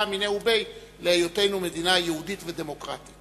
מיניה וביה להיותנו מדינה יהודית ודמוקרטית,